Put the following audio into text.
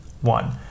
One